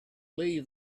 leave